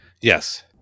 Yes